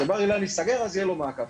כשבר אילן ייסגר יהיה לו מעקף.